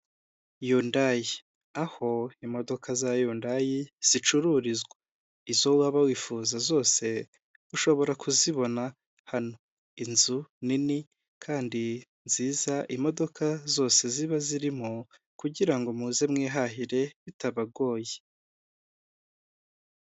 Yundayi, aho imodoka za yundayi zicururizwa, izo waba wifuza zose ushobora kuzibona hano. Inzu nini kandi nziza, imodoka zose ziba zirimo kugirango muze mwihahire bitabagoye.